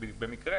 במקרה,